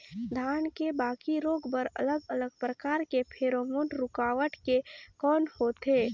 धान के बाकी रोग बर अलग अलग प्रकार के फेरोमोन रूकावट के कौन होथे?